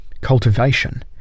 Cultivation